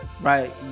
right